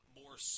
more